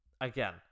again